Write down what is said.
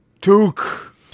Took